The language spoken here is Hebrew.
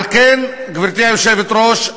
על כן, גברתי היושבת-ראש,